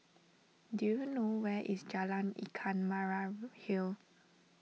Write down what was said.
do you know where is Jalan Ikan Merah Hill